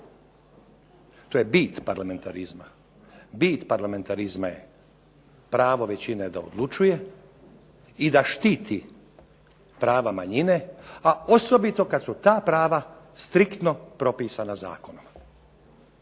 To je bit parlamentarizma. Bit parlamentarizma je pravo većine da odlučuje i da štiti prava manjine, a osobito kad su ta prava striktno propisana zakonom.